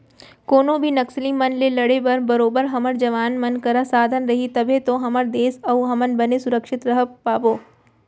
कोनो भी नक्सली मन ले लड़े बर बरोबर हमर जवान मन करा साधन रही तभे तो हमर देस अउ हमन बने सुरक्छित रहें पाबो